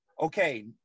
Okay